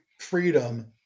freedom